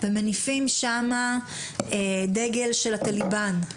ומניפים שם את דגל הטאליבן,